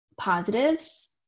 positives